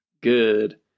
Good